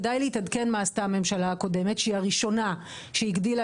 כדאי להתעדכן מה עשתה הממשלה הקודמת שהיא הראשונה שהגדילה